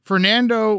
Fernando